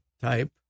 type